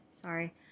Sorry